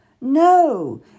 No